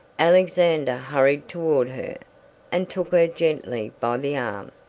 alexander hurried toward her and took her gently by the arm.